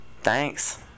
Thanks